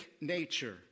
nature